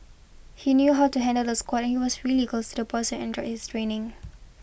he knew how to handle the squad and he was really close to the boys enjoyed his training